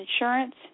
Insurance